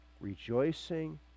rejoicing